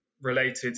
related